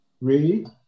Read